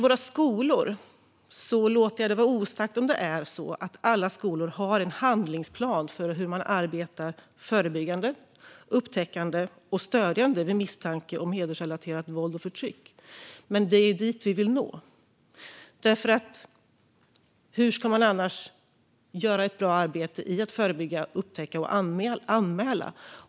Jag låter det vara osagt om alla skolor har en handlingsplan för hur man arbetar förebyggande, upptäckande och stödjande vid misstanke om hedersrelaterat våld och förtryck, men det är dit vi vill nå. Hur ska man annars göra ett bra arbete när det gäller att förebygga, upptäcka och anmäla?